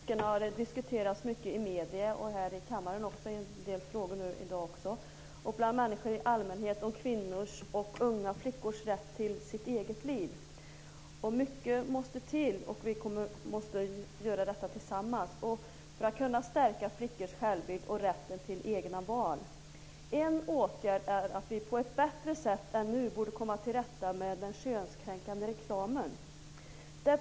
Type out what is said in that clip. Fru talman! De senaste veckorna har det diskuterats mycket i medierna, här kammaren och bland människor i allmänhet om kvinnors och unga flickors rätt till sitt eget liv. Mycket måste till, och vi måste göra detta tillsammans, för att stärka flickors självbild och rätten till egna val. En åtgärd är att vi på ett bättre sätt än nu borde komma till rätta med den könskränkande reklamen.